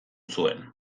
zuen